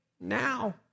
now